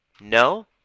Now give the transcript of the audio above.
No